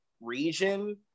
region